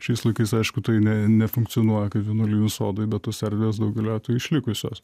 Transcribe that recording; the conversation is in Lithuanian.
šiais laikais aišku tai ne nefunkcionuoja kaip vienuolijų sodai bet tos erdvės daugeliu atveju išlikusios